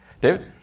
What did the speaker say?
David